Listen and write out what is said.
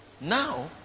now